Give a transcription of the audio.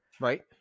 right